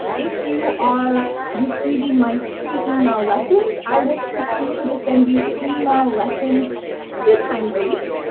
if you are receiving my free email lessons, i will continue to send you email lessons two times a week.